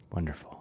Wonderful